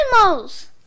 animals